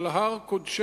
על הר קודשנו,